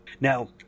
Now